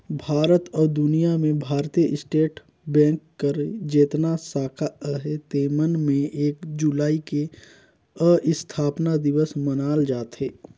भारत अउ दुनियां में भारतीय स्टेट बेंक कर जेतना साखा अहे तेमन में एक जुलाई के असथापना दिवस मनाल जाथे